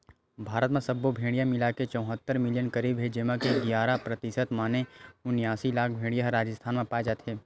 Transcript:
भारत म सब्बो भेड़िया मिलाके चउहत्तर मिलियन करीब हे जेमा के गियारा परतिसत माने उनियासी लाख भेड़िया ह राजिस्थान म पाए जाथे